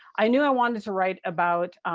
i knew i wanted to write about